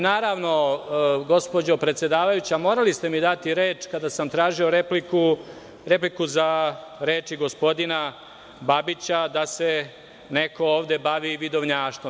Naravno, gospođo predsedavajuća, morali ste mi dati reč kada sam tražio repliku za reči gospodina Babića da se neko ovde bavi vidovnjaštvom.